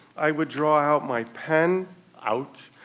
i would draw out my pen ouch.